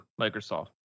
Microsoft